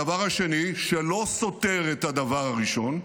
הדבר השני, שלא סותר הדבר הראשון: